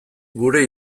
gure